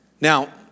Now